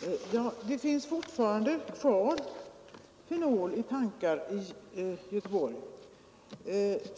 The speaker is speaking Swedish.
Herr talman! Det finns fortfarande kvar fenol i tankar i Göteborg.